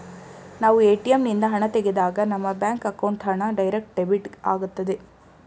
ನಾವು ಎ.ಟಿ.ಎಂ ನಿಂದ ಹಣ ತೆಗೆದಾಗ ನಮ್ಮ ಬ್ಯಾಂಕ್ ಅಕೌಂಟ್ ಹಣ ಡೈರೆಕ್ಟ್ ಡೆಬಿಟ್ ಆಗುತ್ತದೆ